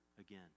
again